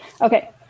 Okay